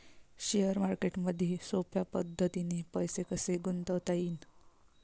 Share मार्केटमधी सोप्या पद्धतीने पैसे कसे गुंतवता येईन?